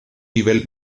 nivel